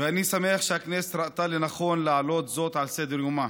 ואני שמח שהכנסת ראתה לנכון להעלות זאת על סדר-יומה.